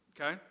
okay